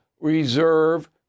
reserve